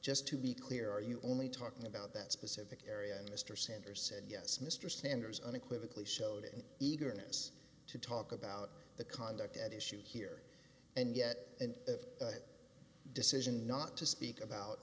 just to be clear are you only talking about that specific area and mr sanders said yes mr sanders unequivocally showed eagerness to talk about the conduct at issue here and get a decision not to speak about